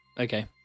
Okay